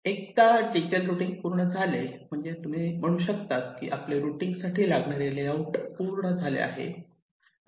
एकदा detail routing पूर्ण झाले म्हणजे तुम्ही म्हणू शकतात की आपले रुटींग साठी लागणारे लेआउट पूर्ण झाले आहे